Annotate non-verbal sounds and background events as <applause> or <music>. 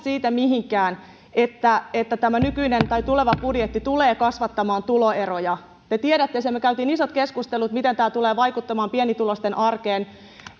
<unintelligible> siitä mihinkään että että tämä tuleva budjetti tulee kasvattamaan tuloeroja te tiedätte sen me kävimme isot keskustelut siitä miten tämä tulee vaikuttamaan pienituloisten arkeen